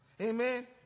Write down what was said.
Amen